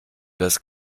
das